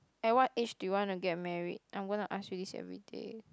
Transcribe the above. at what age do you want to get married I'm going to ask you this everyday